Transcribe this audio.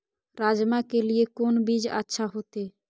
राजमा के लिए कोन बीज अच्छा होते?